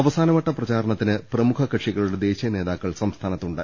അവസാനവട്ട പ്രചാരണത്തിന് പ്രമുഖ കക്ഷികളുടെ ദേശീയ നേതാക്കൾ സംസ്ഥാനത്തുണ്ട്